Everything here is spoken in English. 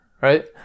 right